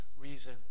reason